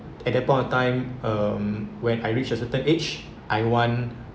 at that point of time um when I reach a certain age I want